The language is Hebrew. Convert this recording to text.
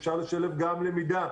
אפשר לשלב גם למידה,